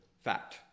fact